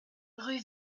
rue